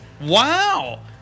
Wow